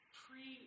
pre